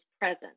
present